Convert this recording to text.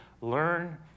learn